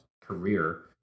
career